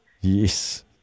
Yes